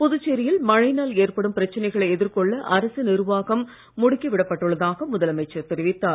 புதுச்சேரியில் மழையினால் ஏற்படும் பிரச்சனைகளை எதிர்கொள்ள அரசு நிர்வாகம் முடுக்கி விடப் பட்டுள்ளதாக முதலமைச்சர் தெரிவித்தார்